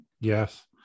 Yes